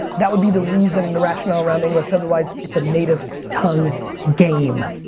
ah that would be the reason the rationale around english otherwise it's a native tongue game.